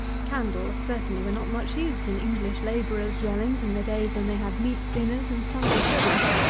candles certainly were not much used in english labourers' dwellings in the days when they had meat dinners and sunday coats.